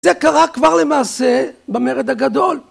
זה קרה כבר, למעשה, במרד הגדול.